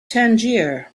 tangier